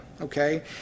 Okay